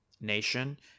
nation